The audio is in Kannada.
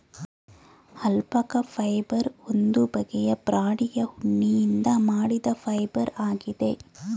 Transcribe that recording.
ಅಲ್ಪಕ ಫೈಬರ್ ಒಂದು ಬಗ್ಗೆಯ ಪ್ರಾಣಿಯ ಉಣ್ಣೆಯಿಂದ ಮಾಡಿದ ಫೈಬರ್ ಆಗಿದೆ